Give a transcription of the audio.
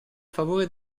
favore